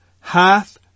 Hath